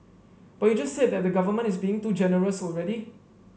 but you just said that the government is being too generous already